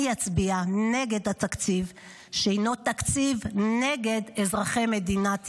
אני אצביע נגד התקציב שהינו תקציב נגד אזרחי מדינת ישראל.